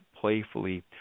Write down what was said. playfully